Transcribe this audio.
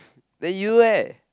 then you eh